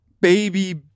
baby